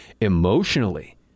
emotionally